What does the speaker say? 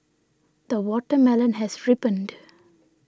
the watermelon has ripened